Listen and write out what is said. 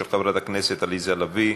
של חברת הכנסת עליזה לביא.